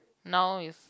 now is